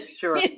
Sure